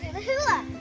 the hula!